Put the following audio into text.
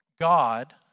God